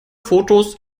fotos